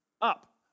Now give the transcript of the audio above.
Up